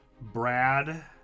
Brad